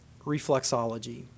reflexology